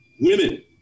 women